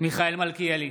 מיכאל מלכיאלי,